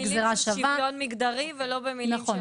ואולי נמשיך הלאה להגדרה "הורשע" בעמוד הבא.